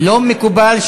לא מקובל,